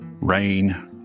rain